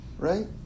right